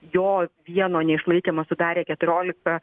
jo vieno neišlaikymą sudarė keturiolika